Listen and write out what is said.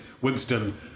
Winston